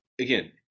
again